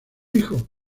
hijo